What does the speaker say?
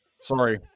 Sorry